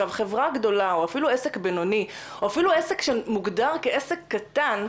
חברה גדולה או אפילו עסק בינוני או אפילו עסק שמוגדר כעסק קטן,